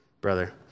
Brother